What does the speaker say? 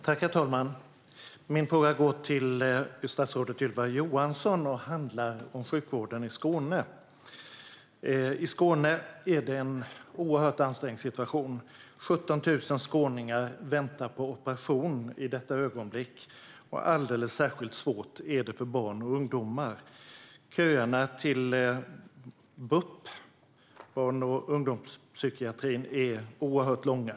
Herr talman! Min fråga går till statsrådet Ylva Johansson och handlar om sjukvården i Skåne. I Skåne är det en oerhört ansträngd situation. 17 000 skåningar väntar på operation i detta ögonblick. Särskilt svårt är det för barn och ungdomar. Köerna till BUP, barn och ungdomspsykiatrin, är oerhört långa.